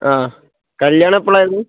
ആ കല്യാണം എപ്പോൾ ആയിരുന്നു